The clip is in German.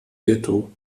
ghetto